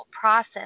process